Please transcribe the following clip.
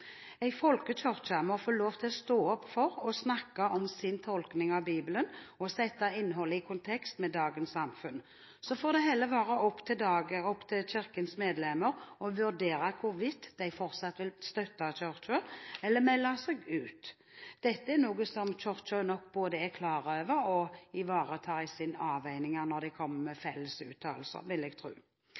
må få lov til å stå opp for – og snakke om – sin tolkning av bibelen, og sette innholdet i kontekst med dagens samfunn. Så får det heller være opp til Kirkens medlemmer å vurdere hvorvidt de fortsatt vil støtte Kirken eller melde seg ut. Dette er noe som Kirken både er klar over og ivaretar i sine avveininger når de kommer med felles uttalelser, vil jeg